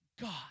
God